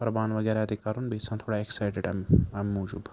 قربان وغیرہ تہِ کَرُن بیٚیہِ چھِ آسان تھوڑا ایٚکسایٹڈ اَمہِ موٗجوٗب